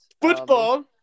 Football